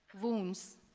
wounds